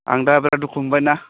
आं दा बिराद दुखु मोनबाय ना